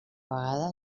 vegada